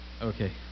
okay